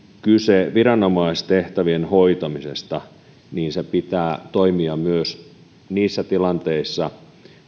kyse viranomaistehtävien hoitamisesta sen pitää toimia myös niissä tilanteissa